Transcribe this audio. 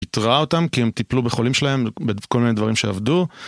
פיטרה אותם כי הם טיפלו בחולים שלהם בכל מיני דברים שעבדו.